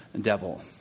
devil